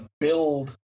build